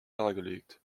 dargelegt